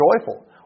joyful